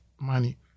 money